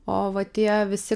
o va tie visi